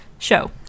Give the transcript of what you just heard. show